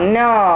no